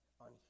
on